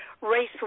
race